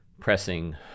pressing